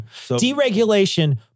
Deregulation